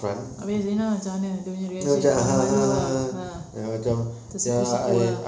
habis zina macam mana dia punya reaction malu-malu ah tersipu-sipu ah